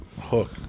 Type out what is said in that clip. hook